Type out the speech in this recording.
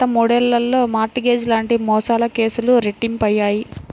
గత మూడేళ్లలో mortgage లాంటి మోసాల కేసులు రెట్టింపయ్యాయి